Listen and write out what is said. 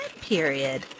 period